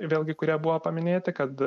vėlgi kurie buvo paminėti kad